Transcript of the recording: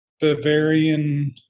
Bavarian